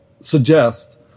suggest